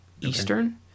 Eastern